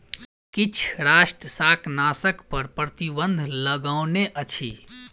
किछ राष्ट्र शाकनाशक पर प्रतिबन्ध लगौने अछि